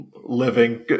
living